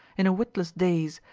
in a witless daze,